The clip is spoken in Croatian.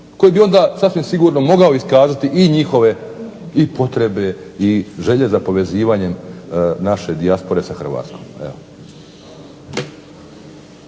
koji bi onda sasvim sigurno mogao iskazati i njihove i potrebe i želje za povezivanjem naše dijaspore sa Hrvatskom.